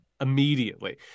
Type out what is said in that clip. immediately